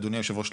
אדוני יושב הראש,